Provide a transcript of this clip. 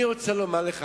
אני רוצה לומר לך,